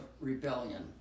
rebellion